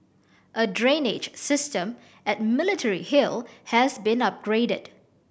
a drainage system at Military Hill has been upgraded